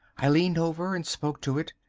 i leaned over and spoke to it.